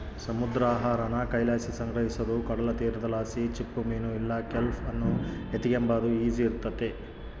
ಸಮುದ್ರ ಆಹಾರಾನ ಕೈಲಾಸಿ ಸಂಗ್ರಹಿಸೋದು ಕಡಲತೀರದಲಾಸಿ ಚಿಪ್ಪುಮೀನು ಇಲ್ಲ ಕೆಲ್ಪ್ ಅನ್ನು ಎತಿಗೆಂಬಾದು ಈಸಿ ಇರ್ತತೆ